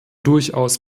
durchaus